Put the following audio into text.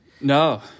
No